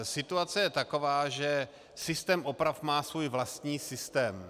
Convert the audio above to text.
Situace je taková, že systém oprav má svůj vlastní systém.